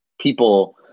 People